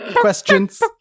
Questions